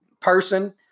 person